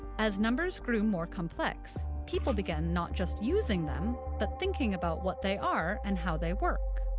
as numbers grew more complex, people began not just using them, but thinking about what they are and how they work.